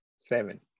seven